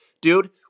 dude